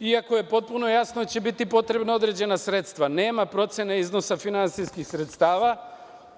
Iako je potpuno jasno da će biti potrebna određena sredstva, nema procene iznosa finansijskih sredstava